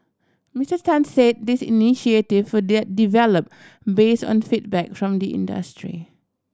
Mister Tan said these initiative were develop base on feedback from the industry